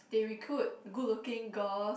they recruit good looking girls